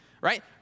right